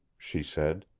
she said.